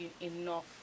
enough